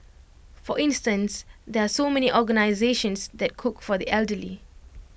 for instance there are so many organisations that cook for the elderly